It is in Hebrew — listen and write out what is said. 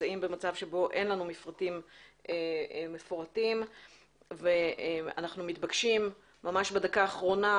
נמצאים במצב שבו אין לנו מפרטים מפורטים ואנחנו מתבקשים ממש בדקה האחרונה